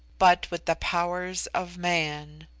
but with the powers of man!